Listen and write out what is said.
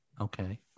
okay